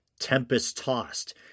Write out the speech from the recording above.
Tempest-tossed